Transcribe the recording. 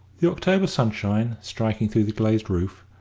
the october sunshine, striking through the glazed roof,